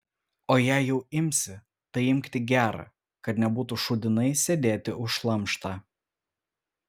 o jei jau imsi tai imk tik gerą kad nebūtų šūdinai sėdėti už šlamštą